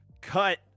cut